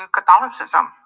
Catholicism